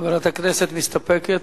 חברת הכנסת מסתפקת?